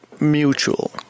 mutual